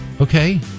Okay